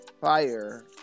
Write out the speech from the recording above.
fire